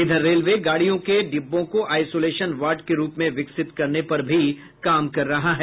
इधर रेलवे गाड़ियों के डिब्बों को आईसोलेशन वार्ड के रूप में विकासित करने पर भी काम कर रहा है